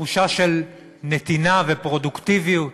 תחושה של נתינה ופרודוקטיביות.